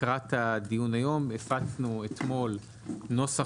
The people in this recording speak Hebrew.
לקראת הדיון היום הפצנו אתמול נוסח